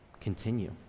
continue